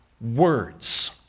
Words